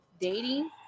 dating